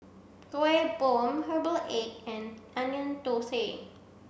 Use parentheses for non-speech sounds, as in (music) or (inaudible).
(unintelligible) bom herbal egg and onion thosai